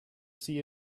see